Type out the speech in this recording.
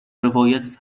روایت